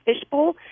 fishbowl